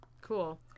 cool